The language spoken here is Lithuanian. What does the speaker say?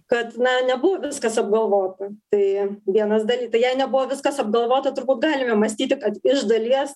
kad na nebuvo viskas apgalvota tai vienas daly tai jei nebuvo viskas apgalvota turbūt galime mąstyti kad iš dalies